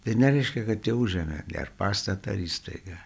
tai nereiškia kad jie užėmė ar pastatą ar įstaigą